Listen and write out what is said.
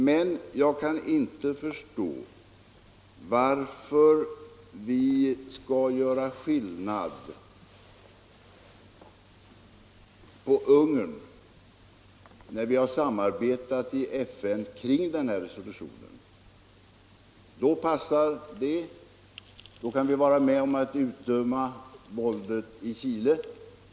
Men jag kan inte förstå varför vi skall bedöma Ungern på annat sätt när vi har samarbetat i FN kring den här resolutionen. Då passar det. Då kan vi vara med om att utdöma våldet i Chile.